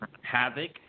Havoc